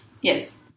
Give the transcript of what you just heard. Yes